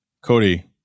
Cody